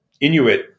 Inuit